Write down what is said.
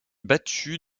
battu